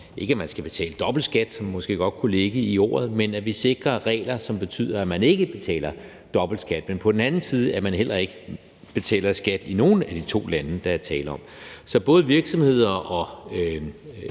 ikke, at man skal betale dobbelt skat, hvilket måske godt kunne ligge i ordet, men at vi sikrer regler, som betyder, at man ikke betaler dobbelt skat, men heller ikke på den anden side ikke betaler skat i nogen af de to lande, der er tale om. Så både virksomheder og